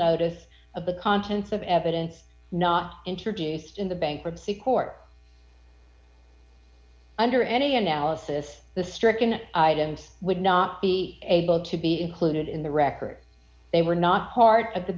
notice of the contents of evidence not introduced in the bankruptcy court under any analysis the stricken items would not be able to be included in the record they were not part of the